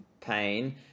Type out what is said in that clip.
pain